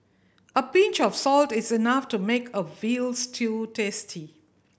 a pinch of salt is enough to make a veal stew tasty